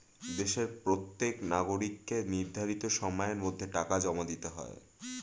দেশের প্রত্যেক নাগরিককে নির্ধারিত সময়ের মধ্যে টাকা জমা দিতে হয়